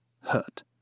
hurt